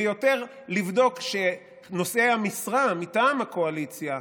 ויותר לבדוק שנושאי המשרה מטעם הקואליציה,